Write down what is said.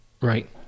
Right